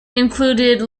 included